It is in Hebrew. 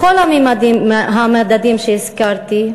בכל המדדים שהזכרתי,